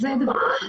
זה דבר ראשון.